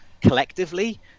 collectively